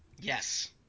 Yes